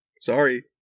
Sorry